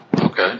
Okay